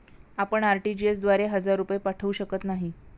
आपण आर.टी.जी.एस द्वारे हजार रुपये पाठवू शकत नाही